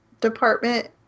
department